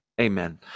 Amen